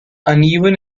uneven